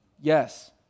Yes